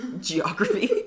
geography